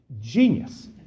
genius